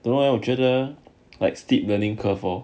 don't know leh 我觉得 like steep learning curve lor